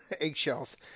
eggshells